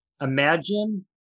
imagine